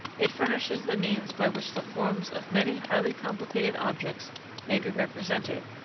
it furnishes the means by which the forms of many highly complicated objects may be represented,